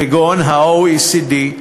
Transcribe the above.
כגון ה-OECD,